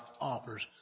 offers